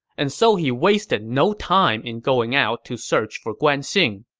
and so he wasted no time in going out to search for guan xing.